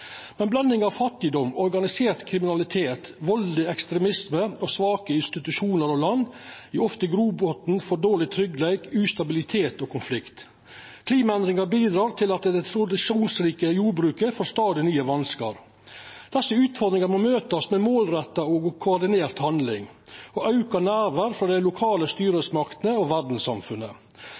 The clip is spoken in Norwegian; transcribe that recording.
me bruka bistand og andre verkemiddel for å hjelpa alle dei som ikkje får opphald. Blandinga av fattigdom, organisert kriminalitet, valdeleg ekstremisme og svake institusjonar og land gjev ofte grobotn for dårlig tryggleik, ustabilitet og konflikt. Klimaendringane bidreg til at det tradisjonelle jordbruket får stadig nye vanskar. Desse utfordringane må møtast med målretta og koordinert handling og auka nærvær frå dei lokale